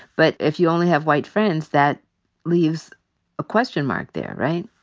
but if you only have white friends, that leaves a question mark there, right?